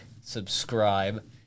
subscribe